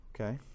okay